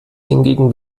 hingegen